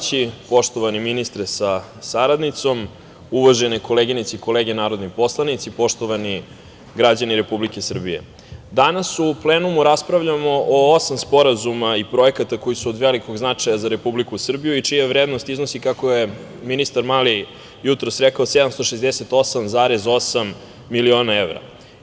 Uvaženi predsedavajući, poštovani ministre sa saradnicom, uvažene koleginice i kolege narodni poslanici, poštovani građani Republike Srbije, danas u plenumu raspravljamo o osam sporazuma i projekata koji su od velikog značaja za Republiku Srbiju i čija vrednost iznosi, kako je ministar Mali jutros rekao, 768,8 miliona evra.